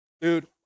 Dude